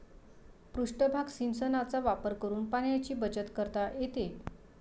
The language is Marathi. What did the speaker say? पृष्ठभाग सिंचनाचा वापर करून पाण्याची बचत करता येते